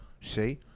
See